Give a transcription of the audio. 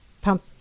pump